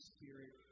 Spirit